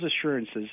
assurances